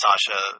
Sasha